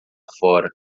fora